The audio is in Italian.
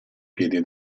piedi